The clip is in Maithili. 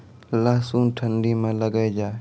लहसुन ठंडी मे लगे जा?